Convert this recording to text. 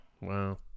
wow